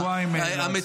דחייה של שבועיים בהצבעה.